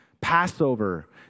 Passover